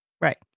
Right